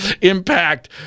impact